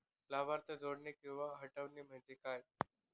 लाभार्थी जोडणे किंवा हटवणे, म्हणजे काय?